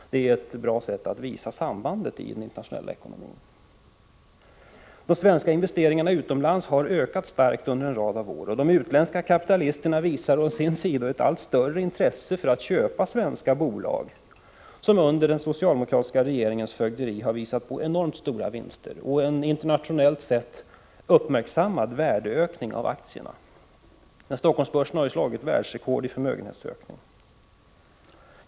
Detta är ett bra sätt att beskriva sambandet i den internationella ekonomin. De svenska investeringarna utomlands har ökat starkt under en följd av år. De utländska kapitalisterna visar ett allt större intresse för att köpa svenska bolag, som under den socialdemokratiska regeringens fögderi har visat enormt stora vinster och en internationellt uppmärksammad värdeökning av aktierna. Helsingforssbörsen har ju satt världsrekord i förmögenhetsökning.